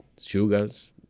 sugars